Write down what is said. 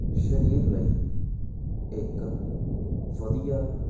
ਸਰੀਰ ਲਈ ਇੱਕ ਵਧੀਆ